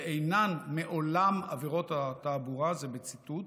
"שאינן מעולם עבירות התעבורה" זה בציטוט,